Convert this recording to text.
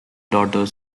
daughter